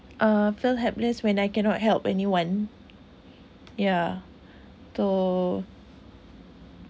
uh feel helpless when I cannot help anyone yeah so